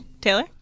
Taylor